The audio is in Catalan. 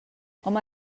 home